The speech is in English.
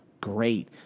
Great